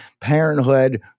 parenthood